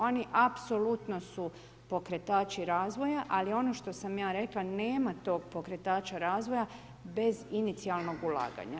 Oni apsolutno su pokretači razvoja, ali ono što sam ja rekla nema tog pokretača razvoja bez inicijalnog ulaganja.